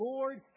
Lord